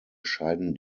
scheiden